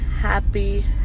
happy